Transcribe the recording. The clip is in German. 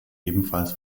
ebenfalls